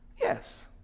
Yes